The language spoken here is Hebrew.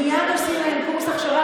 מייד עושים להם קורס הכשרה,